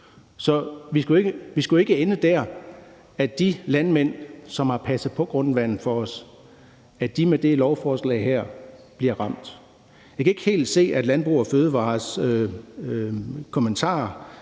Så vi skal ikke ende der, hvor de landmænd, som har passet på grundvandet for os, bliver ramt med det her lovforslag. Jeg kan ikke helt se, at Landbrug & Fødevarers kommentarer